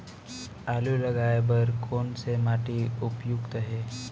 आलू लगाय बर कोन से माटी उपयुक्त हे?